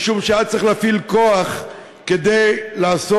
משום שהיה צריך להפעיל כוח כדי לעשות